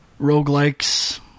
roguelikes